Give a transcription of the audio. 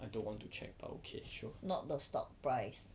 not the stock price